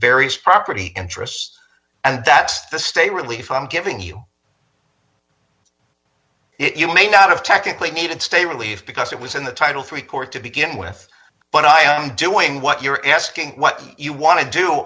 various property interests and that's the stay relief i'm giving you it you may not have technically needed stay relieved because it was in the title three court to begin with but i am doing what you're asking what you want to do